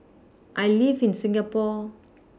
I live in Singapore